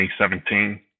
2017